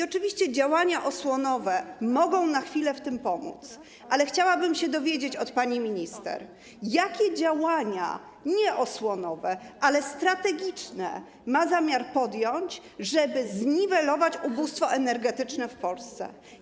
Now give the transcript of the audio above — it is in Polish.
Oczywiście działania osłonowe mogą na chwilę pomóc, ale chciałabym się dowiedzieć od pani minister, jakie działania - nie osłonowe, ale strategiczne - ma zamiar podjąć, żeby zniwelować ubóstwo energetyczne w Polsce.